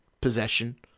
possession